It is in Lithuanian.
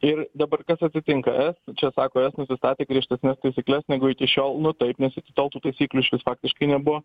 ir dabar kas atsitinka es čia sako es nusistatę griežtesnes taisykles negu iki šiol nu taip nes iki tol tų taisyklių išvis faktiškai nebuvo